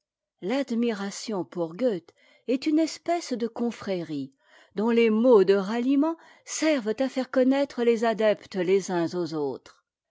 l'admiration pour goethe est une espèce de confrérie dont les mots de ralliement servent à faire connaître les adeptes les uns aux autres